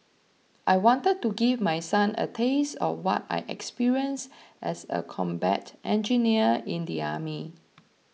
I wanted to give my son a taste of what I experienced as a combat engineer in the army